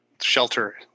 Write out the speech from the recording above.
shelter